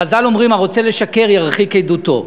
חז"ל אומרים: הרוצה לשקר ירחיק עדותו.